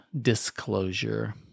Disclosure